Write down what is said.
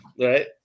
right